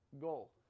goal